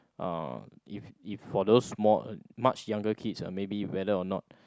uh if if for those small much younger kids ah maybe whether or not